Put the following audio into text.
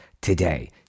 today